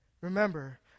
Remember